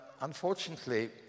Unfortunately